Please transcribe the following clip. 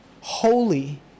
holy